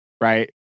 Right